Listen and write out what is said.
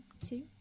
two